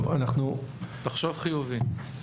תחשוב חיובי.